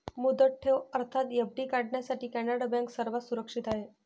मुदत ठेव अर्थात एफ.डी काढण्यासाठी कॅनडा बँक सर्वात सुरक्षित आहे